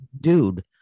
dude